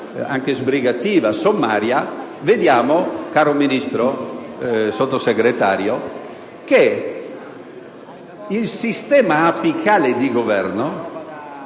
anche sbrigativa, sommaria, vedremmo, caro Sottosegretario, che il sistema apicale di governo